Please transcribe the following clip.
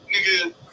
nigga